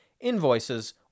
invoices